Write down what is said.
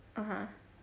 (uh huh)